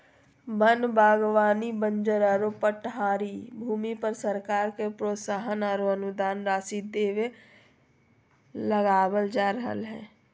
वन बागवानी बंजर आरो पठारी भूमि पर सरकार से प्रोत्साहन आरो अनुदान राशि देके लगावल जा रहल हई